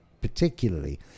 particularly